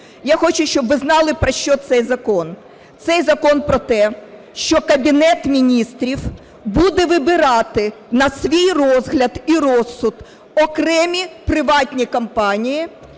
Я хочу, щоб ви знали про що цей закон, цей закон про те, що Кабінет Міністрів буде вибирати на свій розгляд і розсуд окремі приватні компанії